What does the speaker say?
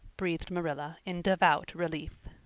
breathed marilla in devout relief.